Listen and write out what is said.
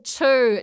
two